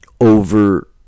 over